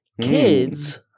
Kids